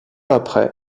après